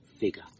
figure